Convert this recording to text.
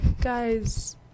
Guys